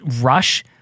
rush